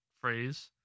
phrase